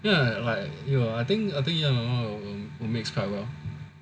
ya you know like I think I think ya you and my mom will mix quite well